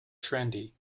trendy